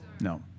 No